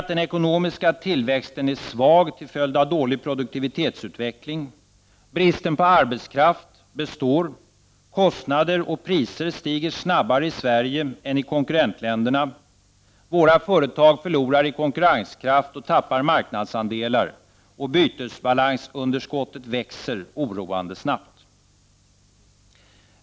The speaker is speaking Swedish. Den ekonomiska tillväxten är svag till följd av en dålig produktivitetsutveckling, bristen på arbetskraft består, kostnader och priser stiger snabbare i Sverige än i konkurrentländerna, våra företag förlorar i konkurrenskraft och tappar maknadsandelar, bytesbalansunderskottet växer oroande snabbt.